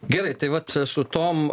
gerai tai vat su tom